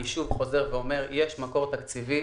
אני שוב חוזר ואומר שיש מקור תקציבי